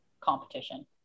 competition